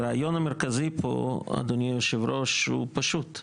הרעיון המרכזי פה, אדוני יושב הראש, הוא פשוט.